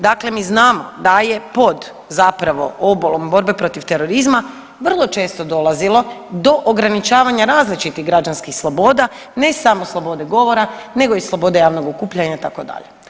Dakle, mi znamo da je pod zapravo obolom borbe protiv terorizma vrlo često dolazilo do ograničavanja različitih građanskih sloboda ne samo slobode govora, nego i slobode javnog okupljanja itd.